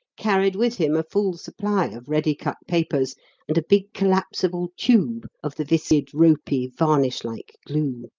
carried with him a full supply of ready-cut papers and a big collapsible tube of the viscid, ropy, varnish-like glue.